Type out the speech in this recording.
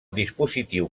dispositiu